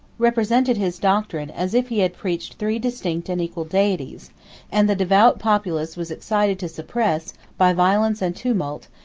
represented his doctrine, as if he had preached three distinct and equal deities and the devout populace was excited to suppress, by violence and tumult,